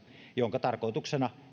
jonka tarkoituksena